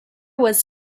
was